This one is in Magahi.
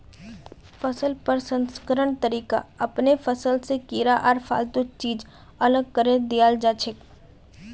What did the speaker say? फसल प्रसंस्करण तरीका अपनैं फसल स कीड़ा आर फालतू चीज अलग करें दियाल जाछेक